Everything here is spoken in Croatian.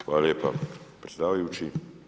Hvala lijepa predsjedavajući.